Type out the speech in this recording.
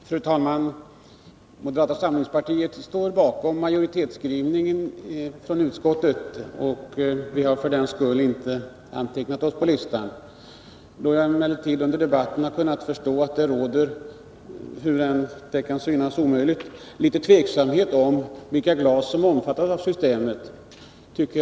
Fru talman! Moderata samlingspartiet står bakom majoritetsskrivningen från utskottet, och vi har för den skull inte antecknat oss på talarlistan. Jag har emellertid under debatten kunnat förstå att det, ehuru det kan synas omöjligt, råder litet osäkerhet om vilka glas som omfattas av det föreslagna systemet.